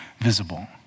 visible